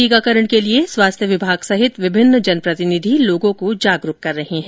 टीकाकरण के लिए स्वास्थ्य विभाग सहित विभिन्न जनप्रतिनिधि लोगों को जागरूक कर रहे है